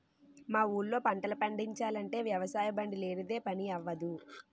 మా ఊళ్ళో పంటలు పండిచాలంటే వ్యవసాయబండి లేనిదే పని అవ్వదు